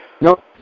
No